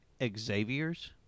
Xaviers